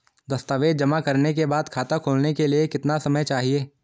दस्तावेज़ जमा करने के बाद खाता खोलने के लिए कितना समय चाहिए?